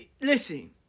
Listen